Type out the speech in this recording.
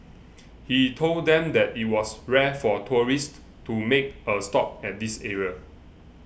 he told them that it was rare for tourists to make a stop at this area